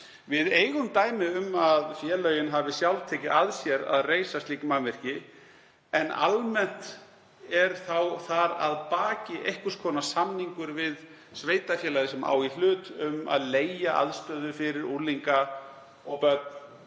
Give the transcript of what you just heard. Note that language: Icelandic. Við eigum dæmi um að félögin hafi sjálf tekið að sér að reisa slík mannvirki en almennt er þar að baki einhvers konar samningur við sveitarfélagið sem á í hlut um að leigja aðstöðu fyrir unglinga og börn